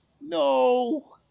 No